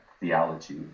theology